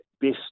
best